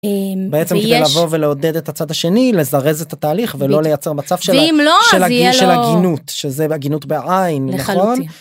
אהמ.. ויש.. בעצם כדי לבוא ולעודד את הצד השני לזרז את התהליך, בדיוק, ולא לייצר מצב של, ואם לא אז יהיה לו.. של ה.. של עגינות שזה עגינות בעין. לחלוטין